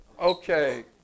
Okay